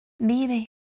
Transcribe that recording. vive